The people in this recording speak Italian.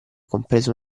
compreso